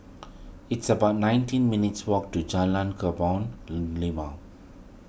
it's about nineteen minutes' walk to Jalan Kebun Limau